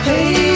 Hey